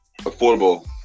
affordable